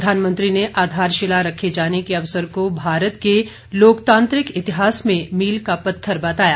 प्रधानमंत्री ने आधारशिला रखे जाने के अवसर को भारत के लोकतांत्रिक इतिहास में मील का पत्थर बताया